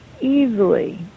easily